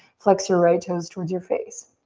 flex your right toes towards your face.